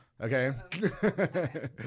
Okay